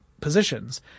positions